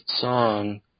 song